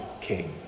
king